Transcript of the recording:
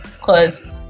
Cause